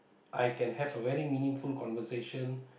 I can have a very meaningful conversation